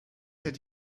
had